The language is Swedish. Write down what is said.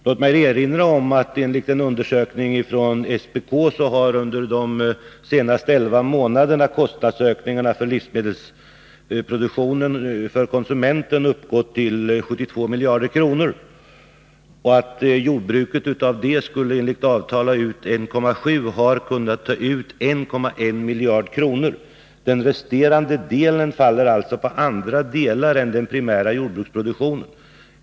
Låt mig erinra om att kostnadsökningarna för livsmedelsproduktionen under de senaste elva månaderna enligt en undersökning av SPK uppgått till 7,2 miljarder kronor. Jordbruket skulle av detta enligt avtal ha fått ta ut 1,7 miljarder men har kunnat ta ut 1,1 miljarder kronor. Den resterande delen faller alltså på andra delar än den primära jordbruksproduktionen.